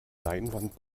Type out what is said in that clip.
leinwand